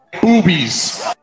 Boobies